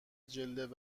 جلد